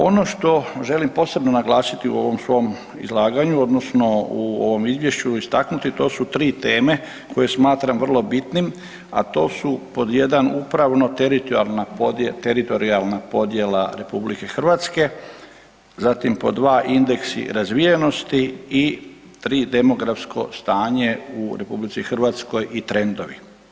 Ono što želim posebno naglasiti u ovom svom izlaganju odnosno u ovoj izvješću istaknuti to su tri teme koje smatram vrlo bitnim a to su pod 1, upravno-teritorijalna podjela RH, zatim pod 2, indeksi razvijenosti i 3, demografsko stanje u RH i trendovi.